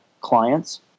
clients